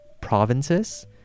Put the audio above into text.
provinces